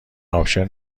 آپشن